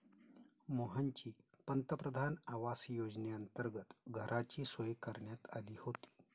मोहनची पंतप्रधान आवास योजनेअंतर्गत घराची सोय करण्यात आली होती